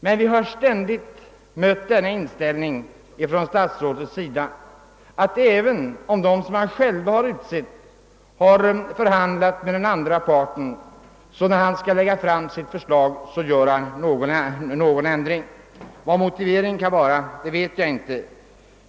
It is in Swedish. Men vi har ständigt stött på det förhållandet att även om det är de som statsrådet själv har utsett, vilka har förhandlat med den andra parten, har statsrådet vid framläggande av förslag gjort någon anmärkning. Motiveringen härtill vet jag inte.